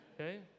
Okay